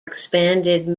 expanded